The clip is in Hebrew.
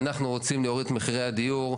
אנחנו רוצים להוריד את מחירי הדיור.